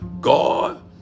God